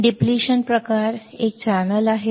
depletion प्रकारात एक channel आहे